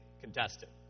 contestant